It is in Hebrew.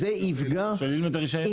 מוניות.